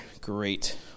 great